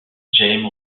jaime